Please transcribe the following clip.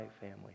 family